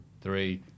three